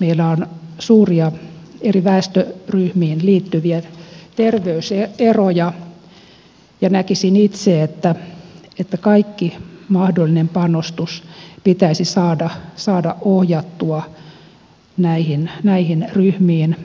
meillä on suuria eri väestöryhmiin liittyviä terveyseroja ja näkisin itse että kaikki mahdollinen panostus pitäisi saada ohjattua niihin ryhmiin